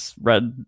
read